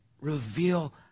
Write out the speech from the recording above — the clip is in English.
reveal